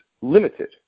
limited